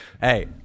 Hey